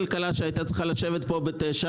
ועדת הכלכלה שהייתה צריכה לשבת כאן בשעה